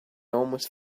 almost